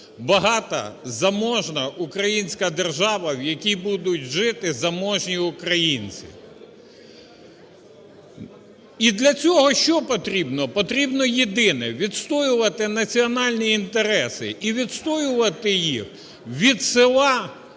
багата, заможна українська держава, в якій будуть жити заможні українці. І для цього що потрібно? Потрібно єдине: відстоювати національні інтереси і відстоювати їх від села